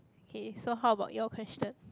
K so how about your question